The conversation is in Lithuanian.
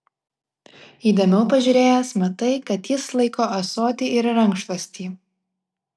įdėmiau pažiūrėjęs matai kad jis laiko ąsotį ir rankšluostį